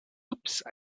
oops